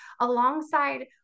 alongside